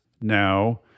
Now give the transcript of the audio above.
now